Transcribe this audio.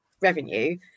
revenue